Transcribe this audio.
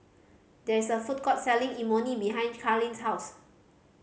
there is a food court selling Imoni behind Carlene's house